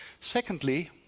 Secondly